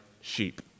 sheep